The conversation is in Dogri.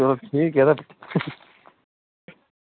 चलो ठीक ऐ तां